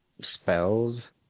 spells